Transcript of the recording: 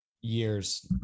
years